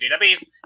database